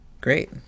great